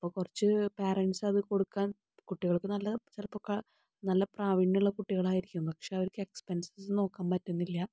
അപ്പോൾ കുറച്ച് പാരെൻറ്റ്സ് അത് കൊടുക്കാൻ കുട്ടികൾക്ക് നല്ല ചിലപ്പമൊക്കെ നല്ല പ്രാവീണ്യമുള്ള കുട്ടികളായിരിക്കും പക്ഷെ അവർക്ക് എക്സ്പെൻസസ് നോക്കാൻ പറ്റുന്നില്ല